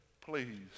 please